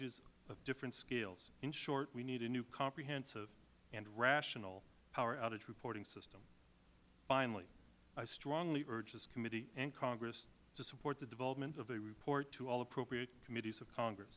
of different scales in short we need a new comprehensive and rational power outage reporting system finally i strongly urge this committee and congress to support the development of a report to all appropriate committees of congress